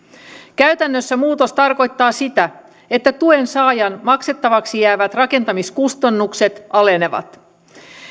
käytännössä muutos tarkoittaa sitä että tuen saajan maksettavaksi jäävät rakentamiskustannukset alenevat